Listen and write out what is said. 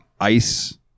ice